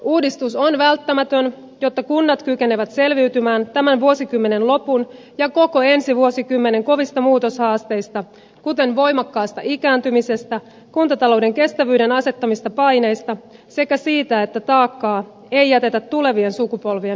uudistus on välttämätön jotta kunnat kykenevät selviytymään tämän vuosikymmenen lopun ja koko ensi vuosikymmenen kovista muutoshaasteista kuten voimakkaasta ikääntymisestä kuntatalouden kestävyyden asettamista paineista sekä siitä että taakkaa ei jätetä tulevien sukupolvien hoidettavaksi